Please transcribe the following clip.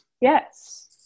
Yes